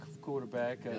quarterback